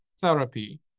therapy